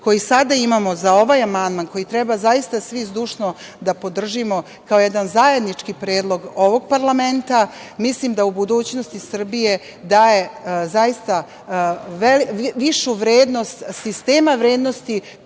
koji sada imamo za ovaj amandman, koji treba zaista svi zdušno da podržimo kao jedan zajednički predlog ovog parlamenta, mislim da u budućnosti Srbije daje zaista višu vrednost sistema vrednosti